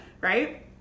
right